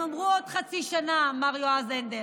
הם אמרו: עוד חצי שנה, אמר יועז הנדל.